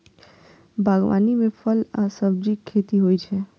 बागवानी मे फल आ सब्जीक खेती होइ छै